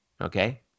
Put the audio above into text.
Okay